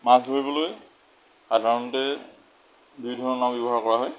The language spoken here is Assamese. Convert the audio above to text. মাছ ধৰিবলৈ সাধাৰণতে দুই ধৰণৰ ব্যৱহাৰ কৰা হয়